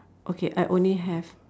okay I only have